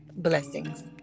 Blessings